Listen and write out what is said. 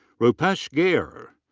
rupesh gaire.